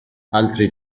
altri